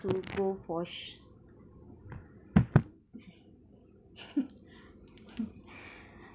to go for sh~